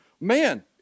Man